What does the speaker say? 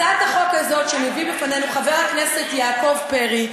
הצעת החוק הזאת שמביא לפנינו חבר הכנסת יעקב פרי,